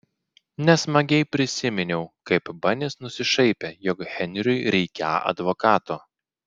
nesmagiai prisiminiau kaip banis nusišaipė jog henriui reikią advokato